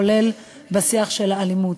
כולל בשיח על האלימות.